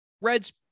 Reds